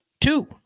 Two